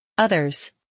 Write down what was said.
Others